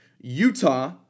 Utah